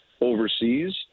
overseas